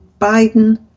Biden